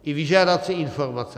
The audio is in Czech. I vyžádat si informace.